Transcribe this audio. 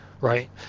right